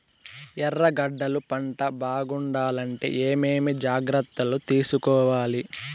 ఎర్రగడ్డలు పంట బాగుండాలంటే ఏమేమి జాగ్రత్తలు తీసుకొవాలి?